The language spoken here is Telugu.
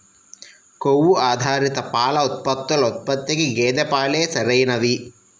కొవ్వు ఆధారిత పాల ఉత్పత్తుల ఉత్పత్తికి గేదె పాలే సరైనవి